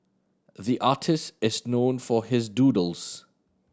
the artist is known for his doodles